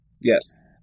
Yes